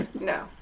No